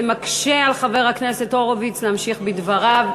זה מקשה על חבר הכנסת הורוביץ להמשיך בדבריו.